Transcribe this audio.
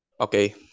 okay